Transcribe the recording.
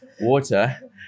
water